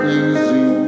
easy